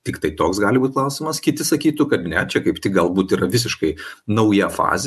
tiktai toks gali būt klausimas kiti sakytų kad ne čia kaip tik galbūt yra visiškai nauja fazė